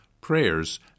prayers